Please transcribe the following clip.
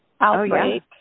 Outbreak